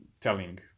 telling